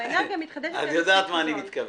את יודעת מה אני מתכוון.